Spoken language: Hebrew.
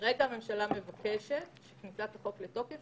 כרגע הממשלה מבקשת שכניסת החוק לתוקף